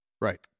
Right